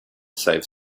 save